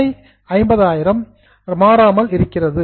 கடை 500000 அன்சேஞ்டு மாறாமல் உள்ளது